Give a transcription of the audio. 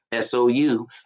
SOU